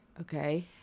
Okay